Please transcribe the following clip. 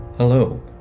Hello